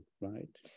right